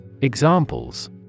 Examples